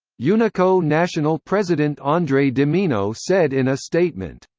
unico national president andre dimino said in a statement,